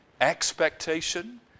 expectation